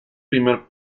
primer